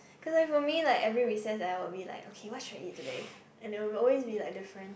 cause like for me like every recess I will be like okay what should I eat today and it will always be like different